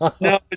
No